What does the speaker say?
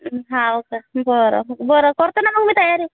हो का बरं बरं करते ना मग मी तयारी